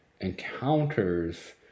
encounters